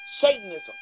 Satanism